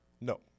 No